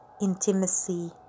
intimacy